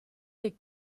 dei